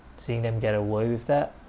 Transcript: seeing them get away with that